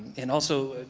and also,